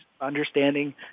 understanding